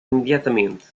imediatamente